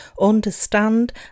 understand